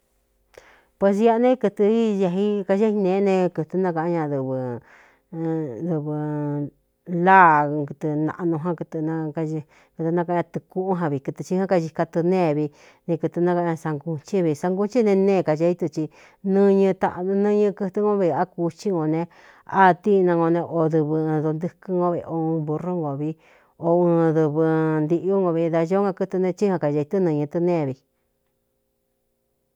Posiꞌa nēé kɨ̄tɨ iñai kayéinēé ne kɨ̄tɨ nákaꞌan ña dɨvɨ lá nɨɨ naꞌnu ján kɨtɨ nakaꞌan ñatɨ̄ꞌɨ kûꞌún a vi kɨtɨ xikán kaika tɨꞌnévi ni kɨ̄tɨ nákaꞌan ña sangūnchín vi sangunchin ne neé kayaí tu ci nɨñɨ tanɨñɨ kɨtɨ ngoo veꞌá kuxí nō ne atína n né o dɨvɨ ɨ dontɨkɨn no veꞌon burrú ngo vi o ɨn dɨvɨ ntīꞌú ngo vi da ñoó ka kɨtɨ ne chɨ a kañai tɨ́ nɨñɨ tɨnévi.